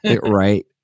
Right